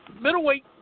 middleweight